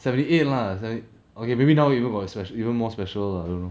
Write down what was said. seventy eight lah seventy okay maybe now you know about spe~ even more special lah you know